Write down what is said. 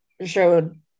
showed